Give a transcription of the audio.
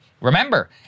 Remember